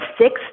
six